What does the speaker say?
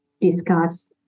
discuss